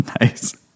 Nice